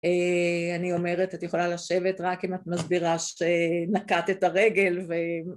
אני אומרת את יכולה לשבת רק אם את מסבירה שנקעת את הרגל